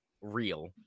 real